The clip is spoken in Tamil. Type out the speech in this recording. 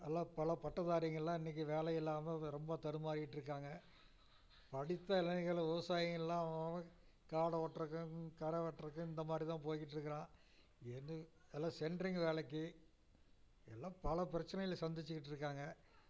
எல்லாம் பல பட்டதாரிங்கள்லாம் இன்னைக்கு வேலை இல்லாமல் ரொம்ப தடுமாறிட்டுருக்காங்க படித்த இளைஞர்கள் விவசாயிங்கள்லாம் அவன் அவன் காடு ஓட்றதுக்கும் கரை வெட்றதுக்கும் இந்தமாதிரிதான் போயிக்கிட்ருக்கிறான் என்ன அதெல்லாம் சென்ட்ரிங் வேலைக்கு எல்லாம் பல பிரச்சனைகளை சந்திச்சிக்கிட்டுருக்காங்க